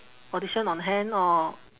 audition on hand or